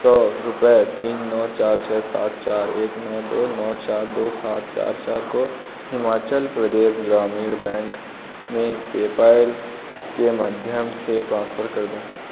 सौ रुपये तीन नौ चार छः सात चार एक नौ दो नौ चार दो सात चार चार को हिमाचल प्रदेश ग्रामीण बैंक में पेपैल के माध्यम से ट्रांसफ़र कर दें